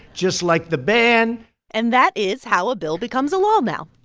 just like the ban and that is how a bill becomes a law now